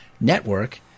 network